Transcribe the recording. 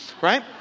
right